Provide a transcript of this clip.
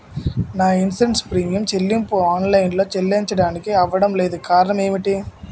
నా insurance premium చెల్లింపు online లో చెల్లించడానికి అవ్వడం లేదు కారణం ఏమిటి?